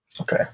okay